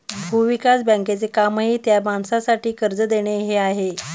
भूविकास बँकेचे कामही त्या माणसासाठी कर्ज देणे हे आहे